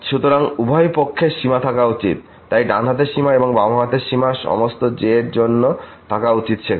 সুতরাং উভয় পক্ষের সীমা থাকা উচিত তাই ডান হাতের সীমা এবং বাম হাতের সীমা সমস্ত j এর জন্য থাকা উচিত সেখানে